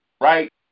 right